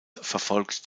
verfolgt